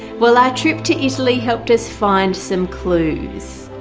well our trip to italy helped us find some clues.